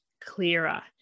clearer